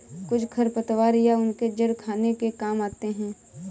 कुछ खरपतवार या उनके जड़ खाने के काम आते हैं